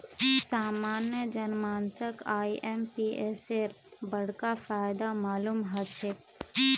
सामान्य जन मानसक आईएमपीएसेर बडका फायदा मालूम ह छेक